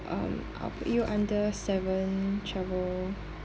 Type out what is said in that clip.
um I'll put you under seven travel